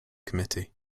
committee